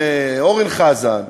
אורן חזן,